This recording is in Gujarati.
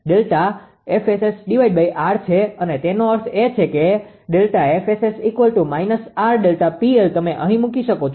અને તેનો અર્થ એ છે કે ΔFSS−𝑅ΔPL તમે અહીં મૂકી શકો છો